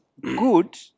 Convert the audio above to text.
good